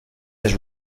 his